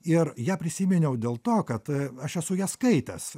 ir ją prisiminiau dėl to kad aš esu ją skaitęs